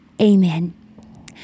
amen